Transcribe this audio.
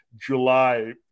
July